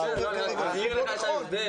מה שהוא אומר כרגע פשוט לא נכון.